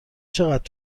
چقدر